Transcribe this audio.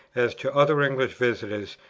as to other english visitors,